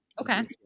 okay